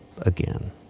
again